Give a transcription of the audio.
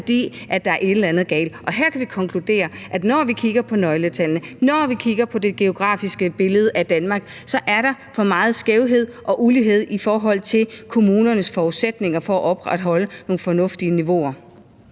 fordi der er et eller andet galt. Her kan vi konkludere, at når vi kigger på nøgletallene, når vi kigger på det geografiske billede af Danmark, så er der for meget skævhed og ulighed i forhold til kommunernes forudsætninger for at opretholde nogle fornuftige niveauer.